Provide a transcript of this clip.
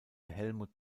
helmut